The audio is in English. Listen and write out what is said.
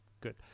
Good